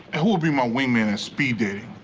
who will be my wingman at speed-dating?